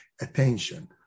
attention